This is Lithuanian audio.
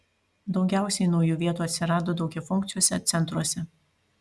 daugiausiai naujų vietų atsirado daugiafunkciuose centruose